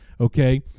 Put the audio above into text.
okay